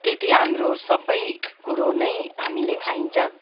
त्यति हाम्रो सबै कुरो नै हामीले खाइन्छ